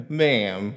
ma'am